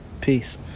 Peace